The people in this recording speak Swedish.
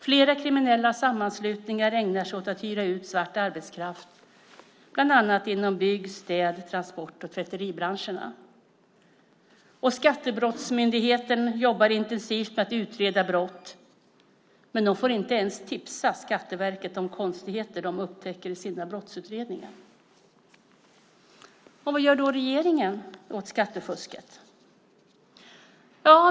Flera kriminella sammanslutningar ägnar sig åt att hyra ut svart arbetskraft, bland annat inom bygg-, städ-, transport och tvätteribranscherna. Skattebrottsmyndigheten jobbar intensivt med att utreda brott, men de får inte ens tipsa Skatteverket om konstigheter de upptäcker i sina brottsutredningar. Vad gör regeringen åt skattefusket?